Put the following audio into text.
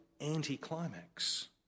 anticlimax